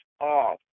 off